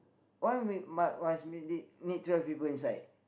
why we must must need need twelve people inside